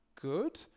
good